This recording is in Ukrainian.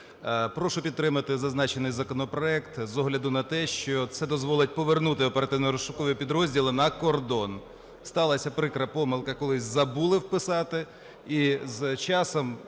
Прошу підтримати зазначений законопроект з огляду на те, що це дозволить повернути оперативно-розшукові підрозділи на кордон. Сталася прикра помилка, колись забули вписати, і з часом,